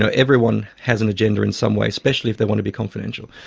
so everyone has an agenda in some way, especially if they want to be confidential.